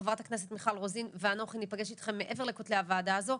חברת הכנסת מיכל רוזין ואנוכי נפגש איתכם מעבר לקוטלי הוועדה הזאת,